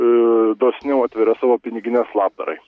ir dosniau atveria savo pinigines labdarai